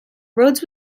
rhodes